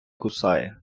кусає